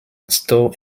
stow